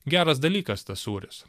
geras dalykas tas sūris